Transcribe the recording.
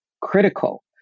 critical